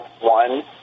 one